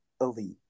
elite